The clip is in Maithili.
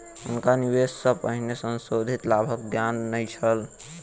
हुनका निवेश सॅ पहिने संशोधित लाभक ज्ञान नै छल